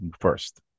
first